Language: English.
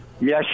Yes